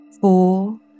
Four